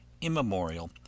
immemorial